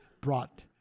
brought